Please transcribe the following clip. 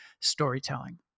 storytelling